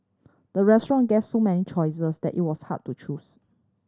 the restaurant gave so many choices that it was hard to choose